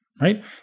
right